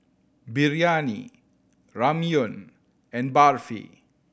Biryani Ramyeon and Barfi